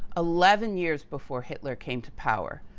eleven years before hitler came to power.